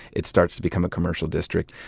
it starts to become a commercial district.